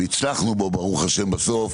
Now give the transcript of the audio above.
והצלחנו בו ברוך השם בסוף,